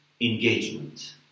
engagement